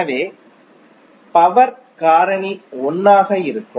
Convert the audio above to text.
எனவே பவர் காரணி 1 ஆக இருக்கும்